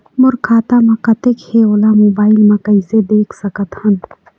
मोर खाता म कतेक हे ओला मोबाइल म कइसे देख सकत हन?